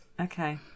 Okay